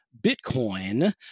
Bitcoin